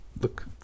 Look